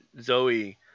Zoe